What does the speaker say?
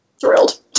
thrilled